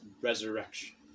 Resurrection